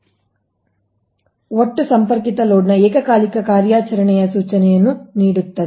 ಆದ್ದರಿಂದ ಬೇಡಿಕೆಯ ಅಂಶವು ಒಟ್ಟು ಸಂಪರ್ಕಿತ ಲೋಡ್ನ ಏಕಕಾಲಿಕ ಕಾರ್ಯಾಚರಣೆಯ ಸೂಚನೆಯನ್ನು ನೀಡುತ್ತದೆ